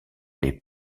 les